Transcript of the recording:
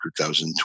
2020